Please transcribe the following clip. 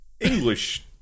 English